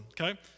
okay